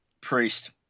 Priest